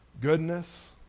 goodness